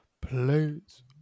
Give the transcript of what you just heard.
Please